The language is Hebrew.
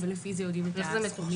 ולפי זה יודעים את הסכומים.